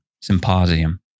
Symposium